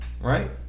Right